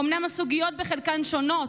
אומנם הסוגיות בחלקן שונות,